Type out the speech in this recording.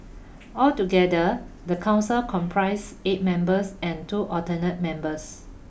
altogether the council comprise eight members and two alternate members